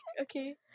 okay